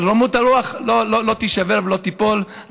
אבל רוממות הרוח לא תישבר ולא תיפול,